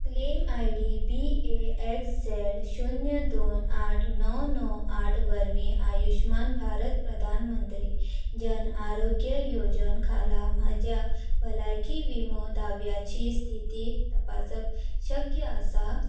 claim I D B A X Z शुन्य दोन आठ णव णव आठ वरवीं आयुश्मान भारत प्रधानमंत्री जन आरोग्य येवजण खाला म्हज्या भलायकी विमो दाव्याची स्थिती तपासप शक्य आसा